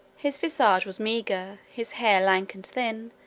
his visage was meagre, his hair lank and thin,